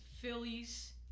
Phillies